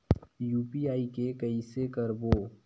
UPI के कइसे करबो?